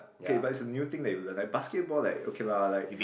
okay but it's a new thing that you learn like basketball like okay lah like